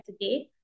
today